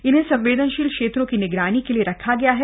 इन्हें संवेदनशील क्षेत्रों की निगरानी के लिए रखा गया है